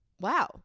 wow